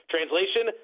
Translation